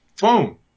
Boom